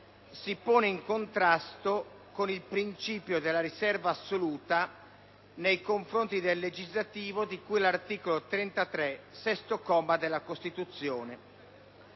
si pone in contrasto con il principio della riserva assoluta nei confronti del potere legislativo, di cui all'articolo 33, sesto comma, della Costituzione.